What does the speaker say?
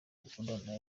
mukundana